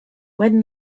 when